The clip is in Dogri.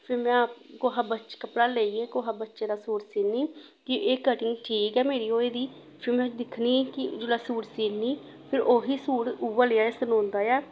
फिर में कोहा बच्चे कपड़ा लेइयै कोहा बच्चे दा सूट सीनी कि एह् कटिंग ठीक ऐ मेरी होई दी फिर में दिक्खनी कि जेल्लै सूट सीनी फिर ओह् ही सूट उ'यै लेहा सनोंदा ऐ